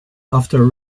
after